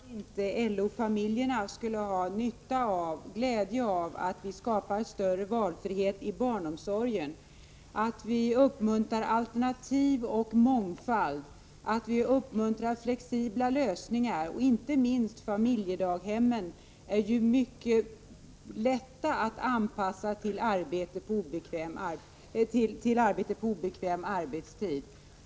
Herr talman! Jag kan inte förstå att inte LO-familjerna skulle ha nytta och glädje av att vi skapar en större valfrihet i barnomsorgen, att vi uppmuntrar alternativ och mångfald samt att vi uppmuntrar flexibla lösningar. Inte minst familjedaghemmen är ju mycket lätta att anpassa till arbete på obekväm tid.